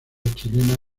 chilena